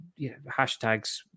hashtags